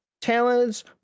talents